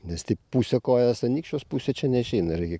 nes tik pusė kojos anykščiuos pusė čia neišeina reikia